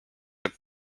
der